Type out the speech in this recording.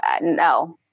no